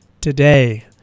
today